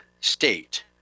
state